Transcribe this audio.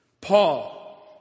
Paul